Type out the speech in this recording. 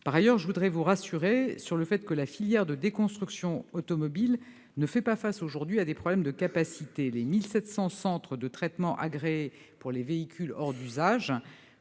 En outre, je tiens à vous rassurer : la filière de déconstruction automobile ne fait pas face, aujourd'hui, à des problèmes de capacité. Les 1 700 centres de traitement agréés pour les véhicules hors d'usage